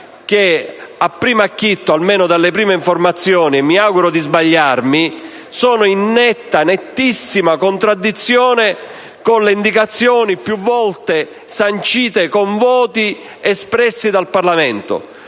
che di primo acchito, almeno dalle prime informazioni (mi auguro di sbagliare), sono in nettissima contraddizione con le indicazioni più volte sancite con voti espressi dal Parlamento.